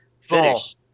finish